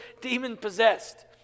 demon-possessed